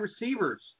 receivers